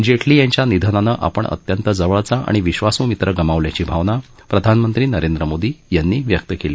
जेटली यांच्या निधनानं आपण अत्यंत जवळचा आणि विश्वासू मित्र गमावल्याची भावना प्रधानमंत्री नरेंद्र मोदी यांनी व्यक्त केली